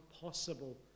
possible